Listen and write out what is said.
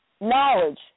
knowledge